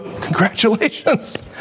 Congratulations